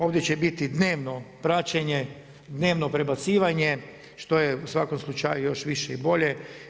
Ovdje će biti dnevno praćenje, dnevno prebacivanje što je u svakom slučaju još više i bolje.